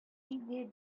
иде